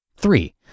Three